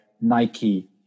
Nike